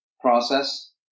process